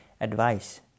advice